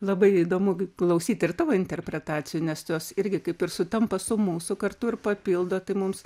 labai įdomu klausyti ir tavo interpretacijų nes jos irgi kaip ir sutampa su mūsų kartu ir papildo tai mums